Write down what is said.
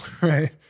Right